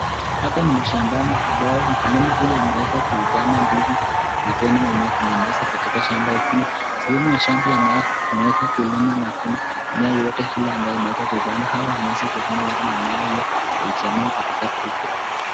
Hapa ni mashambani ambao mkulima huyu ameweza kuipanda ndizi na tena mimea zinginezo katika shamba hii. Kuna sehemu ya shamba ambayo imeweza kulimwa na kuna miemea yote imeweza kupadwa au wameweza kupanda lakini mimea hiyo haijamea katika uko.